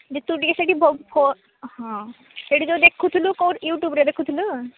ଯେ ତୁ ଟିକେ ସେହିଠି ଭୋ ଫୋ ହଁ ସେହିଠି ଯେଉଁ ଦେଖୁଥିଲୁ କେଉଁ ୟୁଟ୍ୟୁବରେ ଦେଖୁଥିଲୁ